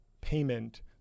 payment